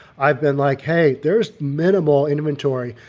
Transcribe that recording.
i've been like, hey, there's minimal inventory.